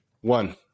one